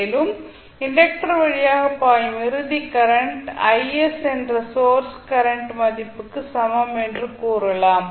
மேலும் இண்டக்டர் வழியாக பாயும் இறுதி கரண்ட் Is என்ற சோர்ஸ் கரண்ட் மதிப்புக்கு சமம் என்று கூறலாம்